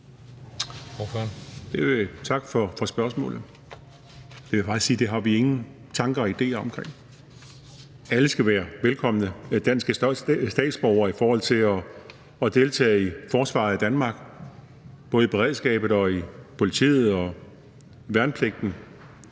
Tak for spørgsmålet. Jeg vil bare sige, at det har vi ingen tanker og idéer omkring. Alle danske statsborgere skal være velkomne i forhold til at deltage i forsvaret i Danmark både i beredskabet og i politiet og værnepligten.